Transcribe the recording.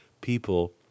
people